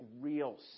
real